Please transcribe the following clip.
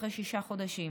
אחרי שישה חודשים.